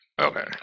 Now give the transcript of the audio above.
Okay